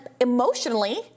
emotionally